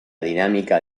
dinámica